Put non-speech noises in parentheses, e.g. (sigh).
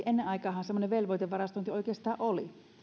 (unintelligible) ennen aikaanhan semmoinen velvoitevarastointi oikeastaan oli